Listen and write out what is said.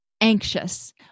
Anxious